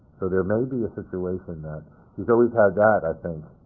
so there may be a situation that he's always had that, i think,